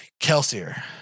Kelsier